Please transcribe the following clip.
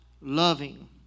loving